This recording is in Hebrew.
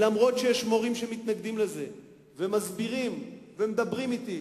אף-על-פי שיש מורים שמתנגדים לזה ומסבירים ומדברים אתי.